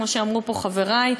כמו שאמרו פה חברי,